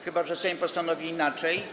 Chyba że Sejm postanowi inaczej.